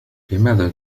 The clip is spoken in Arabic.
لماذا